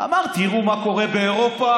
הוא אמר: תראו מה קורה באירופה,